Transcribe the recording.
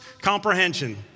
comprehension